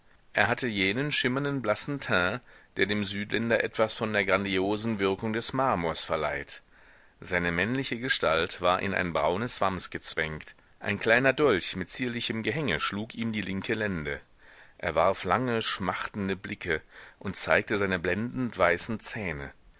er hatte jenen schimmernden blassen teint der dem südländer etwas von der grandiosen wirkung des marmors verleiht seine männliche gestalt war in ein braunes wams gezwängt ein kleiner dolch mit zierlichem gehänge schlug ihm die linke lende er warf lange schmachtende blicke und zeigte seine blendend weißen zähne